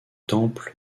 temple